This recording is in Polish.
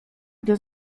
gdy